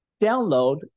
download